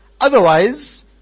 Otherwise